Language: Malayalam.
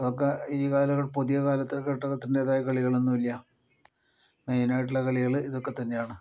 അതൊക്കെ ഈ കാലഘട്ട പുതിയ കാലഘട്ടത്തിൻ്റെതായ കളികൾ ഒന്നുമില്ല മെയിൻ ആയിട്ടുള്ള കളികൾ ഇതൊക്കെ തന്നെയാണ്